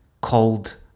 called